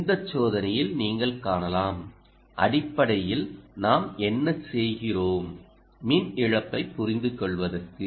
இந்த சோதனையில் நீங்கள் காணலாம் அடிப்படையில் நாம் என்ன செய்கிறோம் மின் இழப்பை புரிந்து கொள்வதற்கு